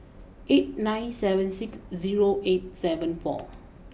eight nine seven six zero eight seven four